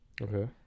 Okay